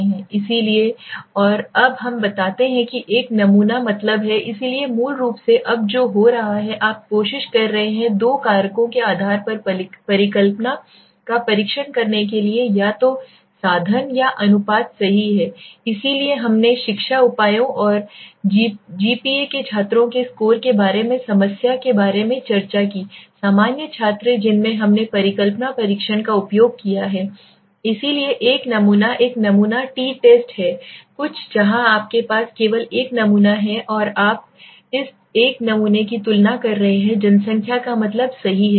इसलिए और अब हम बताते हैं कि एक नमूना का मतलब है इसलिए मूल रूप से अब जो हो रहा है आप कोशिश कर रहे हैं दो कारकों के आधार पर परिकल्पना का परीक्षण करने के लिए या तो साधन या अनुपात सही हैं इसलिए हमने शिक्षा उपायों और जीपीए के छात्रों के स्कोर के बारे में समस्या के बारे में चर्चा की सामान्य छात्र जिनमें हमने परिकल्पना परीक्षण का उपयोग किया है इसलिए एक नमूना एक नमूना है ttest है कुछ जहां आपके पास केवल एक नमूना है और आप इस एक नमूने की तुलना कर रहे हैं जनसंख्या का मतलब सही है